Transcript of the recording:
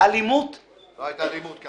אלימות --- לא הייתה אלימות כאן.